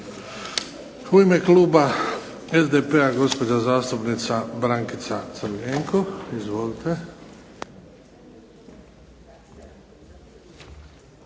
U ime kluba SDP-a gospođa zastupnica Brankica Crljenko. Izvolite.